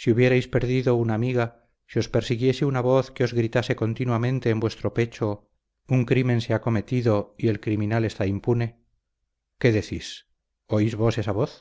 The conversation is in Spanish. si hubierais perdido una amiga si os persiguiese una voz que os gritase continuamente en vuestro pecho un crimen se ha cometido y el criminal está impune qué decís oís vos esa voz